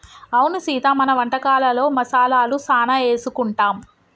అవును సీత మన వంటకాలలో మసాలాలు సానా ఏసుకుంటాం